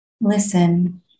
Listen